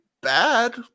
bad